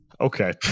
Okay